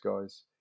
guys